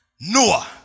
Noah